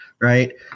Right